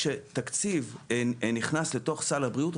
כשתקציב נכנס לתוך סל הבריאות,